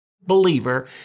believer